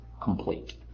complete